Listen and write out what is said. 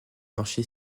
marché